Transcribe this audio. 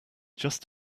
just